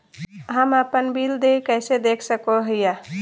हम अपन बिल देय कैसे देख सको हियै?